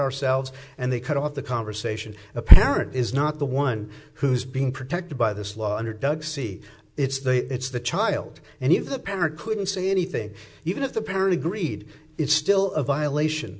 ourselves and they cut off the conversation the parent is not the one who's being protected by this law under doug see it's the it's the child and if the parent couldn't say anything even if the parity greed is still a violation